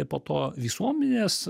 po to visuomenės